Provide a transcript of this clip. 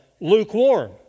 lukewarm